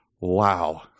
Wow